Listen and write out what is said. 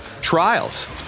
trials